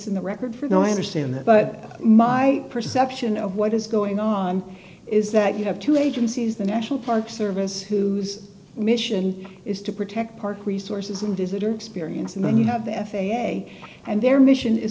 in the record for now i understand that but my perception of what is going on is that you have two agencies the national park service whose mission is to protect park resources and visitor experience and then you have the f a a and their mission is